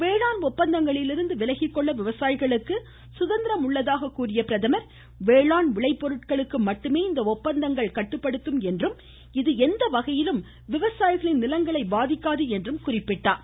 வேளாண் ஒப்பந்தங்களிலிருந்து விலகிக்கொள்ள விவசாயிகளுக்கு சுதந்திரம் உள்ளதாக கூறிய அவர் வேளாண் விளைபொருட்களை மட்டுமே இந்த ஒப்பந்தங்கள் கட்டுப்படுத்தும் என்றும் அது எந்த வகையிலும் விவசாயிகளின் நிலங்களை பாதிக்காது என்றும் எடுத்துரைத்தார்